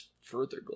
further